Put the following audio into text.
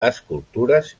escultures